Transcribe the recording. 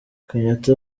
kenyatta